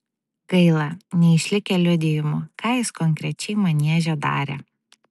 gaila neišlikę liudijimų ką jis konkrečiai manieže darė